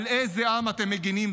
על איזה עם אתם מגינים?",